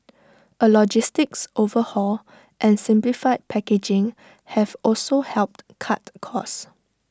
A logistics overhaul and simplified packaging have also helped cut costs